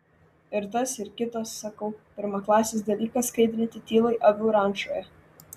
ir tas ir kitas sakau pirmaklasis dalykas skaidrinti tylai avių rančoje